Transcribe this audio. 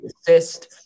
assist